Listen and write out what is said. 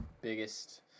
biggest